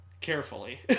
carefully